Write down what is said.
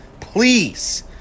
please